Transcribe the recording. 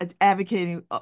advocating